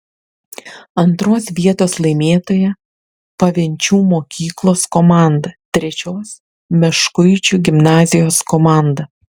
antros vietos laimėtoja pavenčių mokyklos komanda trečios meškuičių gimnazijos komanda